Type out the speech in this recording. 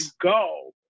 go